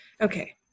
okay